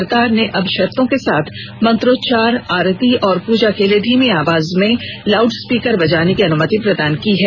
सरकार ने अब शर्तों के साथ मंत्रोचार आरती और पूजा के लिए धीमी आवाज में लाउडस्पीकर बजाने की अनुमति प्रदान कर दी है